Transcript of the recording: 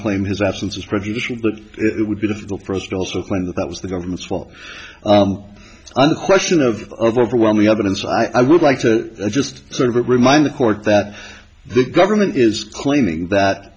claim his absence is prejudicial but it would be difficult for us to also claim that that was the government's fault i'm question of overwhelming evidence i would like to just to remind the court that the government is claiming that